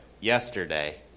yesterday